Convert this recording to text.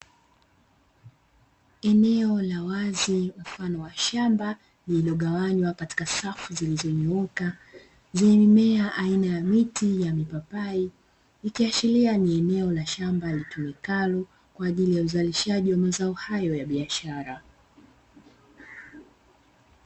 Eneo la wazi mfano wa shamba lililogawanywa katika safu zilizonyooka zenye mimea aina ya miti ya mipapai, ikiashiria ni eneo la shamba litumikalo kwa ajili ya uzalishaji wa mazao hayo ya biashara.